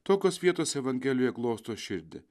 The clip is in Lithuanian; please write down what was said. tokios vietos evangelija glosto širdį